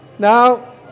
Now